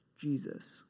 Jesus